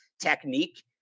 technique